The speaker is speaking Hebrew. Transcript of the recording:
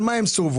על מה הם סורבו,